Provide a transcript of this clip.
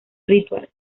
ritual